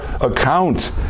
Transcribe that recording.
account